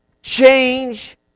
change